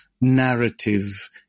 narrative